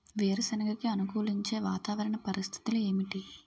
వేరుసెనగ కి అనుకూలించే వాతావరణ పరిస్థితులు ఏమిటి?